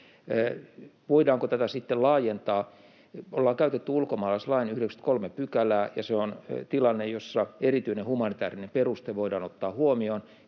Voidaanko tätä sitten laajentaa? Ollaan käytetty ulkomaalaislain 93 §:ää, ja se on tilanne, jossa erityinen humanitäärinen peruste voidaan ottaa huomioon.